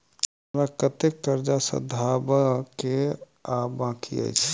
हमरा कतेक कर्जा सधाबई केँ आ बाकी अछि?